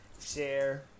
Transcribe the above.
share